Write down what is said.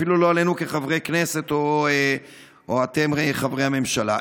אפילו לא עלינו כחברי כנסת או עליכם כחברי הממשלה,